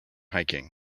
hiking